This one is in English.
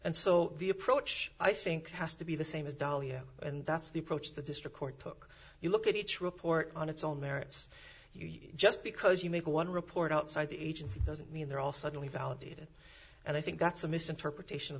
and so the approach i think has to be the same as dalia and that's the approach the district court took you look at each report on its own merits you just because you make one report outside the agency doesn't mean they're all suddenly validated and i think that's a misinterpretation of